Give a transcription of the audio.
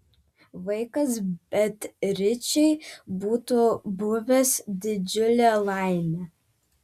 vaikas beatričei būtų buvęs didžiulė laimė